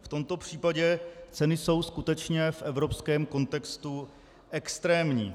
V tomto případě ceny jsou skutečně v evropském kontextu extrémní.